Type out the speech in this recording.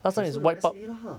transfer to S_A lah